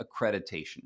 accreditation